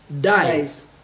dies